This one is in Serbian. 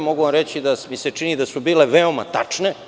Mogu vam reći da mi se čini da su bile veoma tačne.